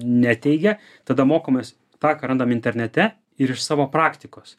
neteigia tada mokamės tą ką randam internete ir iš savo praktikos